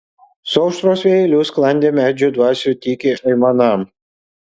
su aušros vėjeliu sklandė medžių dvasių tyki aimana